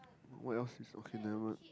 what else is okay never mind